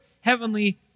Heavenly